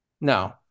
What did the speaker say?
No